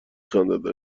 خندد